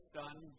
done